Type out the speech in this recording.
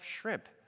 shrimp